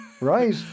right